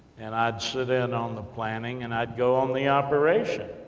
and i sit in on the planning, and i go on the operation,